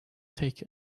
take